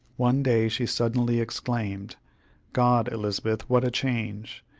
one day she suddenly exclaimed god, elizabeth, what a change!